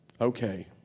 okay